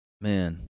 Man